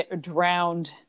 drowned